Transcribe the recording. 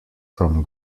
from